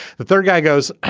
the third guy goes.